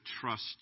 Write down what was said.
trust